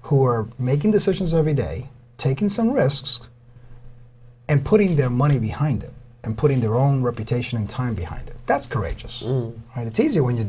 who are making decisions every day taking some risks and putting their money behind it and putting their own reputation and time behind it that's courageous and it's easier when you're